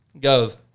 goes